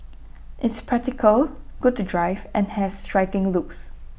it's practical good to drive and has striking looks